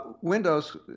Windows